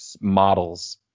models